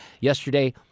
yesterday